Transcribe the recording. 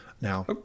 Now